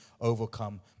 overcome